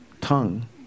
tongue